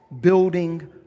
building